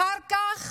אחר כך